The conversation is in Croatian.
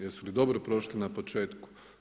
Jesu li dobro prošli na početku?